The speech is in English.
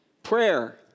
Prayer